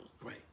right